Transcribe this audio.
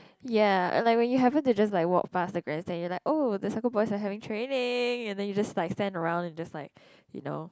ya like when you happen to just like walk past the grandstand you're like oh the soccer boys are having training and then you just like stand around and just like you know